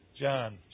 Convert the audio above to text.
John